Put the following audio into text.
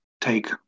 take